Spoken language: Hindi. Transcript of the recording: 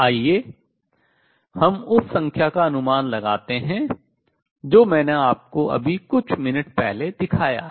आइए हम उस संख्या का अनुमान लगाते हैं जो मैंने आपको अभी कुछ मिनट पहले दिखाया है